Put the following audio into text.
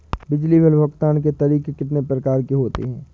बिजली बिल भुगतान के तरीके कितनी प्रकार के होते हैं?